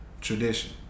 tradition